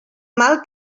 mal